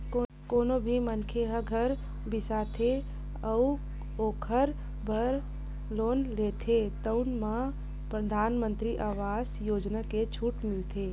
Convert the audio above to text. कोनो भी मनखे ह घर बिसाथे अउ ओखर बर लोन लेथे तउन म परधानमंतरी आवास योजना के छूट मिलथे